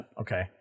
Okay